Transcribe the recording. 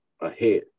ahead